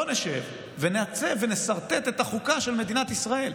בואו נשב ונעצב ונסרטט את החוקה של מדינת ישראל.